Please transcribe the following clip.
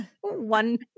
One